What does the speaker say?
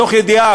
מתוך ידיעה,